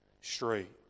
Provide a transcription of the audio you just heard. straight